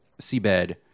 seabed